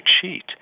cheat